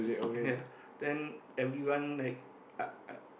ya then everyone like uh uh